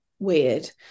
weird